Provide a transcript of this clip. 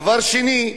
דבר שני,